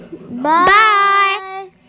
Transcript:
Bye